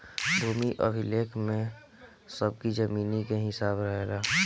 भूमि अभिलेख में सबकी जमीनी के हिसाब रहेला